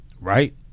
right